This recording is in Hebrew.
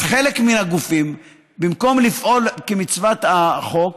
אז חלק מהגופים, במקום לפעול כמצוות החוק,